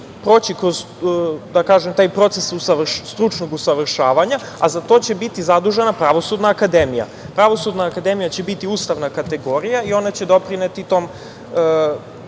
kroz, da kažem, taj proces stručnog usavršavanja, a za to će biti zadužena Pravosudna akademija. Pravosudna akademija će biti ustavna kategorija i ona će doprineti tom